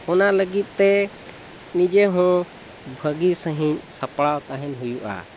ᱚᱱᱟ ᱞᱟᱹᱜᱤᱫᱼᱛᱮ ᱱᱤᱡᱮ ᱦᱚᱸ ᱵᱷᱟᱹᱜᱤ ᱥᱟᱺᱦᱤᱡ ᱥᱟᱯᱲᱟᱣ ᱛᱟᱦᱮᱱ ᱦᱩᱭᱩᱜᱼᱟ